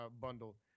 bundle